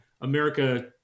America